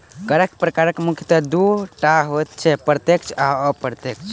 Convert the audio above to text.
करक प्रकार मुख्यतः दू टा होइत छै, प्रत्यक्ष आ अप्रत्यक्ष